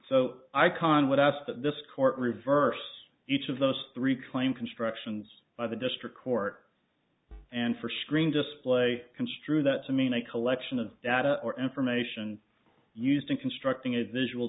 icahn would ask that this court reverse each of those three claim constructions by the district court and for screen display construe that to mean a collection of data or information used in constructing a visual